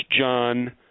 John